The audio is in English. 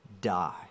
die